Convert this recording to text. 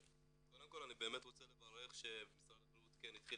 קודם כל אני באמת רוצה לברך שמשרד הבריאות כן התחיל